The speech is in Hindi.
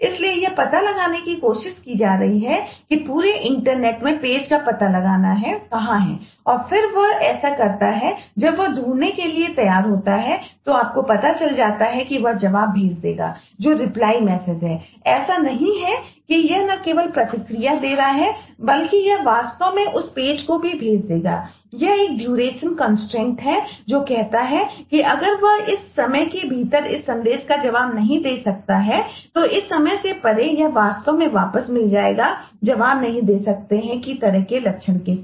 इसलिए यह पता लगाने की कोशिश की जा रही है कि पूरे इंटरनेट में पेज का पता लगाना कहाँ है और फिर वह ऐसा करता है और जब वह ढूंढने के लिए तैयार होता है तो आपको पता चल जाता है कि वह जवाब भेज देगा जो रिप्लाई मैसेज है जो कहती है कि अगर वह इस समय के भीतर इस संदेश का जवाब नहीं दे सकता है तो इस समय से परे यह वास्तव में वापस मिल जाएगा जवाब नहीं दे सकते हैं की तरह के लक्षण के साथ